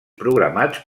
programats